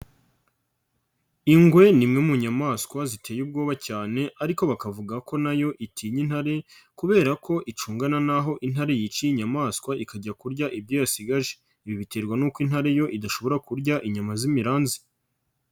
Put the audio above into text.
Ingwe ni imwe mu nyamaswa ziteye ubwoba cyane ariko bakavuga ko na yo itinya intare kubera ko icungana n'aho intare yiciye inyamaswa ikajya kurya ibyo yasigaje, ibi biterwa n'uko intare yo idashobora kurya inyama z'imiranzi.